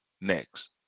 next